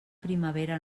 primavera